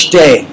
day